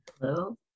Hello